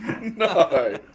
No